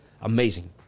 Amazing